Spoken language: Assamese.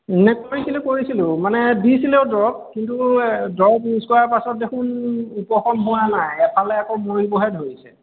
এনে কৰিছিলোঁ কৰিছিলোঁ মানে দিছিলেও দৰৱ কিন্তু দৰৱ ইউজ কৰাৰ পাছত দেখোন উপশম হোৱা নাই এফালে আকৌ মৰিবহে ধৰিছে